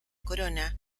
corona